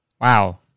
Wow